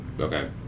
Okay